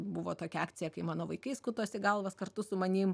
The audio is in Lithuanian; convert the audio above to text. buvo tokia akcija kai mano vaikai skutosi galvas kartu su manim